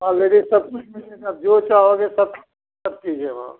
already सब कुछ मिलेगा जो चाहोगे सब सब चीज है वहाँ